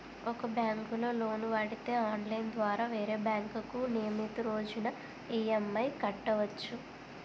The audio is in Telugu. ఒక బ్యాంకులో లోను వాడితే ఆన్లైన్ ద్వారా వేరే బ్యాంకుకు నియమితు రోజున ఈ.ఎం.ఐ కట్టవచ్చు